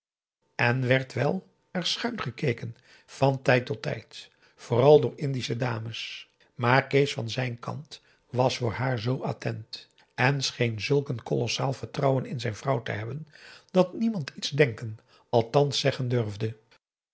en wel werd er schuin gekeken van tijd tot tijd vooral door indische dames maar kees van zijn kant was voor haar zoo attent en scheen zulk een kolossaal vertrouwen in zijn vrouw te hebben dat niemand iets denken althans zeggen durfde